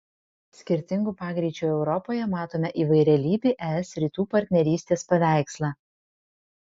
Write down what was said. skirtingų pagreičių europoje matome įvairialypį es rytų partnerystės paveikslą